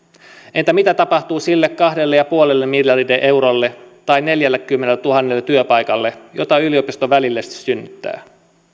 entä mitä tapahtuu sille kahdelle pilkku viidelle miljardille eurolle tai neljällekymmenelletuhannelle työpaikalle joita yliopisto välillisesti synnyttää